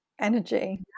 energy